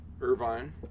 Irvine